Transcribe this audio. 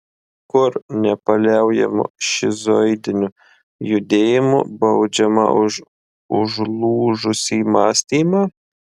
kur nepaliaujamu šizoidiniu judėjimu baudžiama už užlūžusį mąstymą